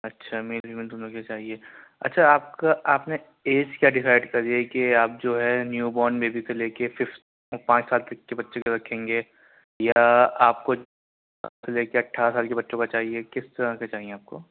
اچھا male female دونوں کے لیے چاہیے اچھا آپ کا آپ نے ایج کیا ڈسائڈ کری ہے کہ آپ جو ہے نیو بارن بےبی سے لے کے ففت پانچ سال تک کے بچے کا رکھیں گے یا آپ کو لے کے اٹھارہ سال کے بچوں کا چاہیے کس طرح کا چاہیے آپ کو